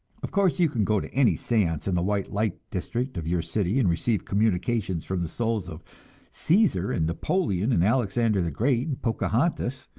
of course, you can go to any seance in the white light district of your city and receive communications from the souls of caesar and napoleon and alexander the great and pocahontas,